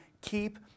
keep